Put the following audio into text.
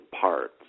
parts